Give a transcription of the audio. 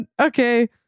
okay